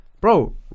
Bro